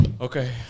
Okay